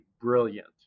brilliant